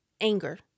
anger